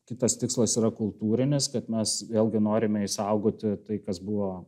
kitas tikslas yra kultūrinis bet mes vėlgi norime išsaugoti tai kas buvo